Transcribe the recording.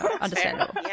Understandable